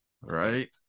Right